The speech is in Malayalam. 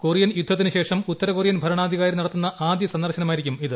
കൊറിയൻ യുദ്ധത്തിന് ശേഷം ഉത്തരകൊറിയൻ ഭരണാധികാരി നടത്തുന്ന ആദ്യ സന്ദർശനമായിരിക്കും ഇത്